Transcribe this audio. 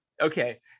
okay